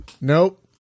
Nope